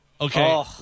Okay